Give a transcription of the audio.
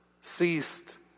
ceased